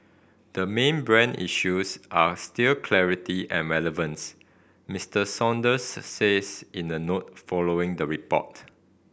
the main brand issues are still clarity and relevance Mister Saunders says in a note following the report